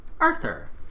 Arthur